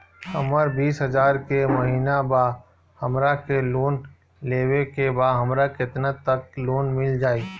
हमर बिस हजार के महिना बा हमरा के लोन लेबे के बा हमरा केतना तक लोन मिल जाई?